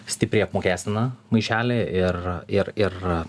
stipriai apmokestina maišelį ir ir ir